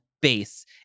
base